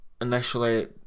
initially